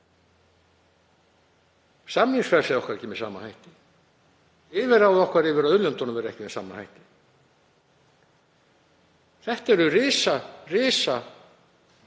samningsfrelsi okkar ekki með sama hætti. Yfirráð okkar yfir auðlindunum verða ekki með sama hætti. Þetta eru risaatriði.